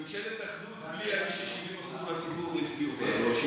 ממשלת אחדות, ש-70% מהציבור הצביעו בעדו.